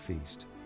Feast